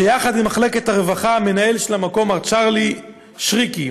יחד עם מחלקת הרווחה, מנהל המקום מר צ'ארלי שריקי,